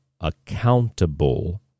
accountable